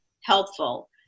helpful